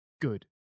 Good